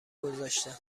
گذاشتم